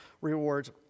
rewards